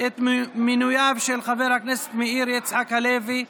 את מינויו של חבר הכנסת מאיר יצחק הלוי,